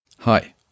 Hi